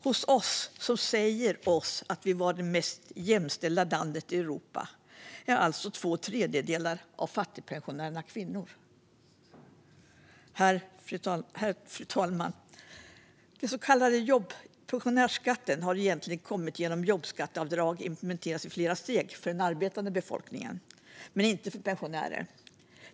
I Sverige, som säger sig vara det mest jämställda landet i Europa, är alltså två tredjedelar av fattigpensionärerna kvinnor. Fru talman! Den så kallade pensionärsskatten kom egentligen till genom att jobbskatteavdrag implementerades i flera steg för den arbetande befolkningen men inte för pensionärer.